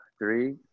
three